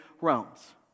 realms